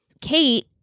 Kate